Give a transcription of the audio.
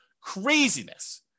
Craziness